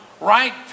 right